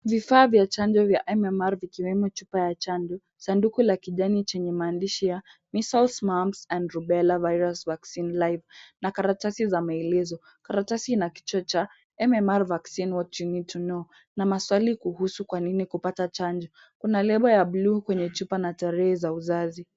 Vifaa vya chanjo vya MMR vikiwemo chupa ya chanjo, sanduku la kijani chenye maandishi ya measles, mumps and rubela virus vaccine live na karatasi za maelezo. Karatasi ina kichwa cha MMR vaccine what you need to know na maswali kuhusu kwa nini kupata chanjo. Kuna lebo ya buluu kwenye chupa na tarehe za uzazi.